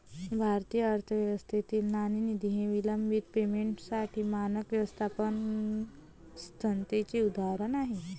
भारतीय अर्थव्यवस्थेतील नाणेनिधी हे विलंबित पेमेंटसाठी मानक व्यवस्थेचे उदाहरण आहे